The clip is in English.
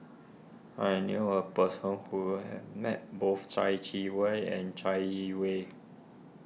I knew a person who has met both Chai Wei and Chai Yee Wei